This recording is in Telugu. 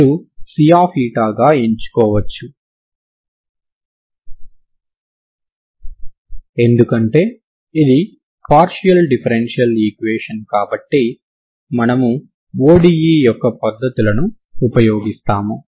మీరు Cగా ఎంచుకోవచ్చు ఎందుకంటే ఇది పార్షియల్ డిఫరెన్షియల్ ఈక్వేషన్ కాబట్టి మనము ODE యొక్క పద్ధతులను ఉపయోగిస్తాము